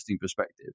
perspective